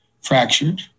fractured